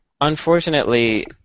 unfortunately